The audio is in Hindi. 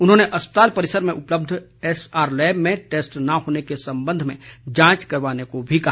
उन्होंने अस्पताल परिसर में उपलब्ध एसआर लैब में टैस्ट न होने के संबंध में जांच करवाने को भी कहा